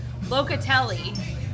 Locatelli